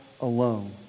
alone